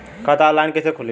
खाता ऑनलाइन कइसे खुली?